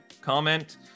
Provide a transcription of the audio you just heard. comment